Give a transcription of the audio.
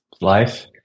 life